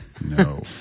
no